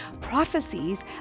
prophecies